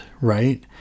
right